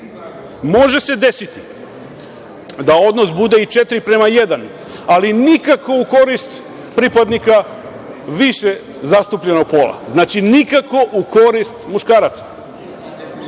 žene. Može se desiti da odnos bude i četiri prema jedan, ali nikako u korist pripadnika više zastupljenog pola. Znači, nikako u korist muškaraca.